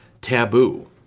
taboo